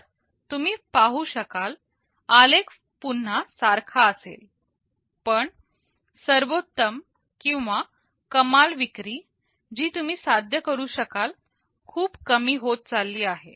तर तुम्ही पाहू शकाल आलेख पुन्हा सारखा असेल पण सर्वोत्तम किंवा कमाल विक्री जी तुम्ही साध्य करू शकाल खूप कमी होत चालली आहे